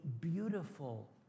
beautiful